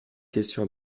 question